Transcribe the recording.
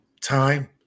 time